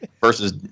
Versus